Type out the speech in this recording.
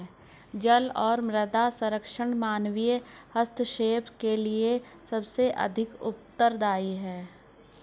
जल और मृदा संरक्षण मानवीय हस्तक्षेप के लिए सबसे अधिक उत्तरदायी हैं